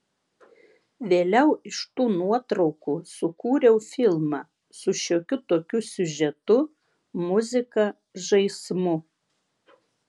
vėliau iš tų nuotraukų sukūriau filmą su šiokiu tokiu siužetu muzika žaismu